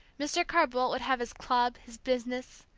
mr. carr-boldt would have his club, his business,